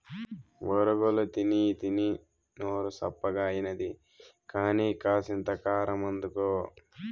బొరుగులు తినీతినీ నోరు సప్పగాయినది కానీ, కాసింత కారమందుకో